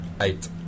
eight